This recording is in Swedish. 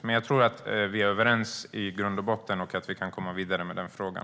Men jag tror att vi i grund och botten är överens och att vi kan komma vidare med frågan.